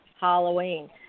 Halloween